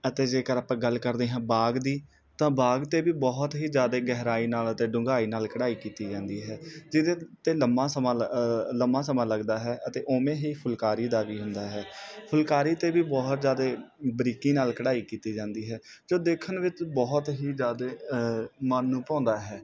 ਅਤੇ ਜੇਕਰ ਆਪਾਂ ਗੱਲ ਕਰਦੇ ਹਾਂ ਬਾਗ ਦੀ ਤਾਂ ਬਾਗ 'ਤੇ ਵੀ ਬਹੁਤ ਹੀ ਜ਼ਿਆਦਾ ਗਹਿਰਾਈ ਨਾਲ ਅਤੇ ਡੂੰਘਾਈ ਨਾਲ ਕਢਾਈ ਕੀਤੀ ਜਾਂਦੀ ਹੈ ਜਿਹਦੇ 'ਤੇ ਲੰਬਾ ਸਮਾਂ ਲੰਬਾ ਸਮਾਂ ਲੱਗਦਾ ਹੈ ਅਤੇ ਉਵੇਂ ਹੀ ਫੁਲਕਾਰੀ ਦਾ ਵੀ ਹੁੰਦਾ ਹੈ ਫੁਲਕਾਰੀ 'ਤੇ ਵੀ ਬਹੁਤ ਜ਼ਿਆਦਾ ਬਰੀਕੀ ਨਾਲ ਕਢਾਈ ਕੀਤੀ ਜਾਂਦੀ ਹੈ ਜੋ ਦੇਖਣ ਵਿੱਚ ਬਹੁਤ ਹੀ ਜ਼ਿਆਦਾ ਮਨ ਨੂੰ ਭਾਉਂਦਾ ਹੈ